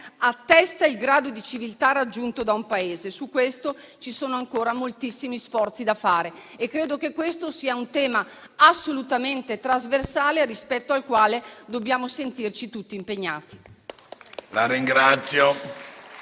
attesta il grado di civiltà raggiunto da un Paese e su questo ci sono ancora moltissimi sforzi da fare. A mio avviso, questo è un tema assolutamente trasversale, rispetto al quale dobbiamo sentirci tutti impegnati.